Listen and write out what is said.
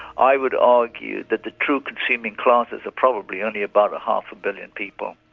i would argue that the true consuming classes are probably only about a half a billion people.